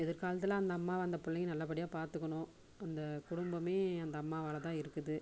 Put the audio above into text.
எதிர்காலத்தில் அந்த அம்மாவை அந்த பிள்ளைங்க நல்லபடியாக பார்த்துக்கணும் அந்த குடும்பமே அந்த அம்மாவால் தான் இருக்குது